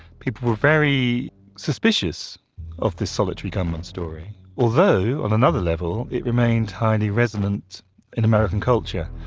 people are very suspicious of the solitary gunmen story, although on another level it remained highly resonant in american culture.